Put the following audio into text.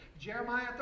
Jeremiah